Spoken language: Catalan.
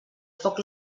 foc